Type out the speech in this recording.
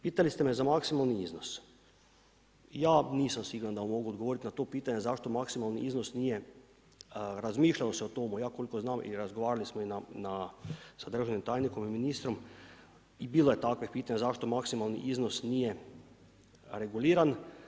Pitali ste me za maksimalni iznos, ja nisam siguran da vam mogu odgovoriti na to pitanje, zašto maksimalan iznos nije, razmišljalo se o tome ja koliko znam i razgovarali smo i sa državnim tajnikom i ministrom i bilo je takvih pitanja zašto maksimalni iznos nije reguliran.